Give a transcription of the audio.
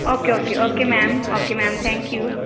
okay okay okay ma'am okay ma'am thank you